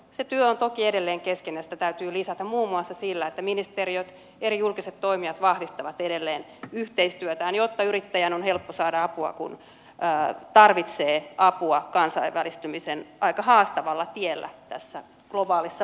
se työ on toki edelleen kesken ja sitä täytyy lisätä muun muassa sillä että ministeriöt eri julkiset toimijat vahvistavat edelleen yhteistyötään jotta yrittäjän on helppo saada apua kun tarvitsee apua kansainvälistymisen aika haastavalla tiellä tässä globaalissa maailmassa